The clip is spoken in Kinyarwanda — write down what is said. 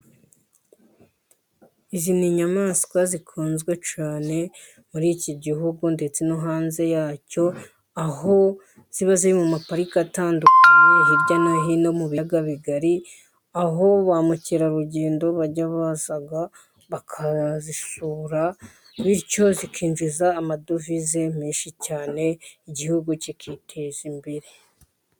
Izi ni inyamaswa zikunzwe cyane, muri iki gihugu ndetse no hanze yacyo, aho ziba ziri mu mapariki atandukanye hirya no hino mu biyaga bigari, aho ba mukerarugendo bajya baza bakazisura, bityo zikinjiza amadovize menshi cyane, igihugu kikiteza imbere.